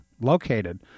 located